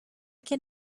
can